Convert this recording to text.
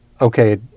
okay